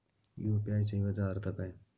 UPI सेवेचा अर्थ काय?